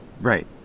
Right